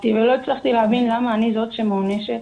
שאהבתי ולא הצלחתי להבין למה אני זאת שמוענשת,